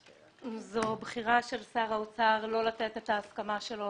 זו בחירה של שר האוצר לא לתת את ההסכמה שלו